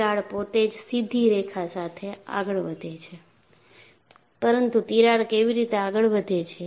તિરાડ પોતે જ સીધી રેખા સાથે આગળ વધે છે પરંતુ તિરાડ કેવી રીતે આગળ વધે છે